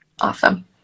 Awesome